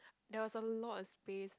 there was a lot of space